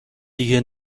دیگه